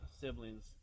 siblings